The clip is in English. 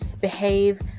behave